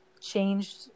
changed